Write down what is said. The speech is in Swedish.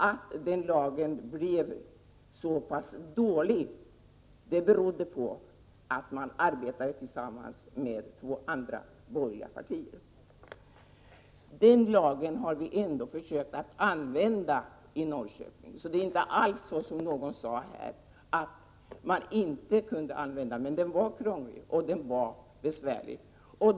Att den lagen blev så pass dålig berodde på att man arbetade tillsammans med två andra borgerliga partier. Den lagen har vi ändå försökt att använda i Norrköping. Det är inte alls som någon sade här att man inte kunde använda den, men den var krånglig och besvärlig.